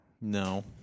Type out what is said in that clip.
No